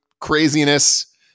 craziness